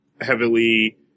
heavily